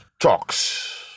talks